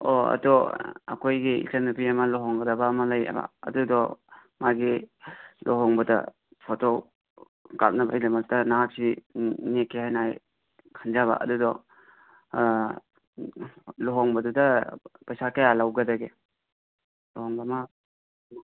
ꯑꯣ ꯑꯗꯣ ꯑꯈꯣꯏꯒꯤ ꯏꯆꯟꯅꯨꯄꯤ ꯑꯃ ꯂꯣꯍꯣꯡꯒꯗꯕ ꯑꯃ ꯂꯩꯌꯦꯕ ꯑꯗꯨꯗꯣ ꯃꯥꯒꯤ ꯂꯣꯍꯣꯡꯕꯗ ꯐꯣꯇꯣ ꯀꯥꯞꯅꯕꯩꯗꯃꯛꯇ ꯅꯍꯥꯛꯁꯤ ꯅꯦꯛꯀꯦ ꯍꯥꯏꯅ ꯑꯩ ꯈꯟꯖꯕ ꯑꯗꯨꯗꯣ ꯂꯣꯍꯣꯡꯕꯗꯨꯗ ꯄꯩꯁꯥ ꯀꯌꯥ ꯂꯧꯒꯗꯒꯦ ꯂꯣꯍꯣꯡꯕ ꯑꯃ